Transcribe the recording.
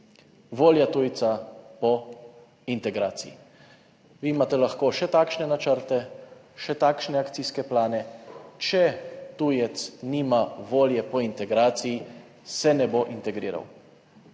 Volja tujca po integraciji. Vi imate lahko še takšne načrte, še takšne akcijske plane, če tujec nima volje po integraciji, se ne bo integriral.